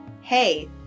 hey